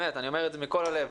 אני אומר את זה מכל הלב.